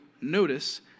notice